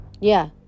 Yeah